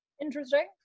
interesting